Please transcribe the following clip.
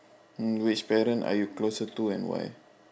mm which parent are you closer to and why